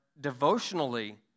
devotionally